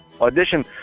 audition